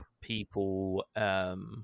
people